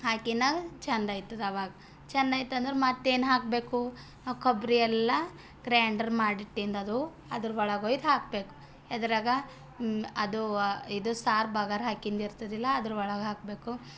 ಹಾಕಿದಾಗ ಚೆಂದ ಆಯ್ತದವಾಗ ಚೆಂದಾಯ್ತು ಅಂದರೆ ಮತ್ತೇನು ಹಾಕಬೇಕು ಆ ಕೊಬ್ಬರಿ ಎಲ್ಲ ಗ್ರಾಂಡರ್ ಮಾಡಿಟ್ಟಿನದ್ದು ಅದು ಅದರೊಳಗೆ ಒಯ್ದು ಹಾಕಬೇಕು ಎದ್ರಾಗ ಅದು ವ ಇದು ಸಾರು ಬಗಾರ್ ಹಾಕಿಂದು ಇರ್ತದಲ್ಲ ಅದರೊಳಗೆ ಹಾಕಬೇಕು